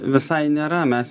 visai nėra mes